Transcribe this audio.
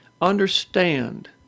Understand